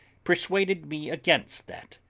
persuaded me against that,